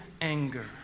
anger